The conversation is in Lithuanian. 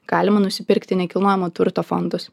galima nusipirkti nekilnojamo turto fondus